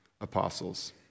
apostles